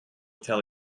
tell